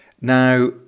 Now